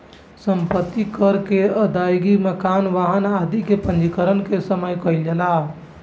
सम्पत्ति कर के अदायगी मकान, वाहन आदि के पंजीकरण के समय कईल जाला